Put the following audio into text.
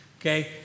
okay